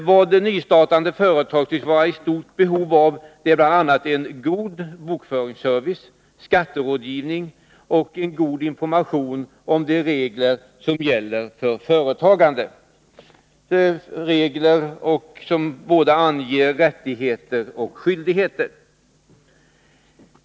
Vad nystartade företag tycks vara i stort behov av är bl.a. en god bokföringsservice, skatterådgivning och god information om de regler som gäller för företagande, regler som anger såväl rättigheter som skyldigheter.